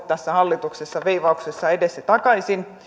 tässä hallituksessa veivauksessa edestakaisin